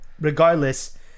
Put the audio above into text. regardless